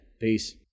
Peace